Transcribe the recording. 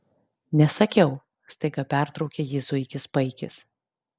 nesakiau staiga pertraukė jį zuikis paikis